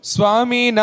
Swami